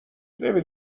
نمی